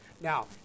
Now